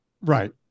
Right